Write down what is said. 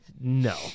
no